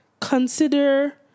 consider